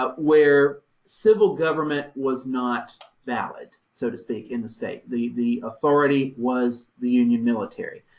ah where civil government was not valid, so to speak, in the state. the the authority was the union military.